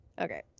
okay